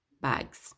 bags